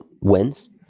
wins